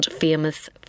famous